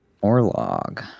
Orlog